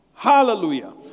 Hallelujah